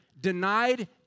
denied